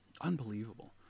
unbelievable